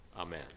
Amen